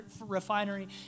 refinery